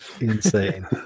Insane